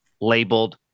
labeled